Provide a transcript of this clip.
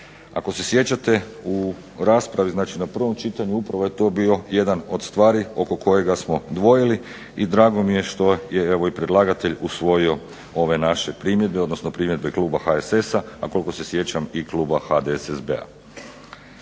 Ako se sjećate u raspravi, znači na prvom čitanju, upravo je to bio jedan od stvari oko kojega smo dvojili i drago mi je što je evo i predlagatelj usvojio ove naše primjedbe, odnosno primjedbe kluba HSS-a, a koliko se sjećam i kluba HDSSB-a.